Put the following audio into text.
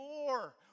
more